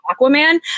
Aquaman